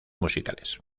musicales